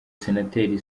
senateri